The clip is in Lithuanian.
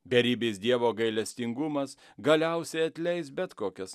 beribis dievo gailestingumas galiausiai atleis bet kokias